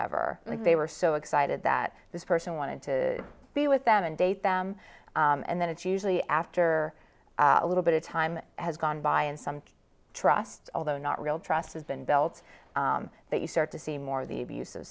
ever like they were so excited that this person wanted to be with them and date them and then it's usually after a little bit of time has gone by and some trust although not real trust has been built that you start to see more of the abuse of